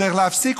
צריך להפסיק,